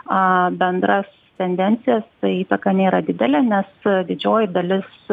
a bendras tendencijas įtaka nėra didelė nes didžioji dalis